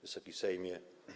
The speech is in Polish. Wysoki Sejmie!